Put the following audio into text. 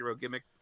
gimmick